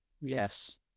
Yes